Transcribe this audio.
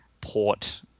port